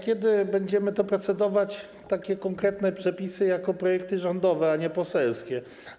Kiedy będziemy procedować nad takimi konkretnymi przepisami jak projekty rządowe, a nie poselskie?